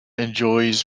enjoys